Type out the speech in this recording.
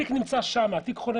התיק חונה שם.